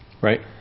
Right